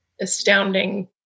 astounding